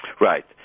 Right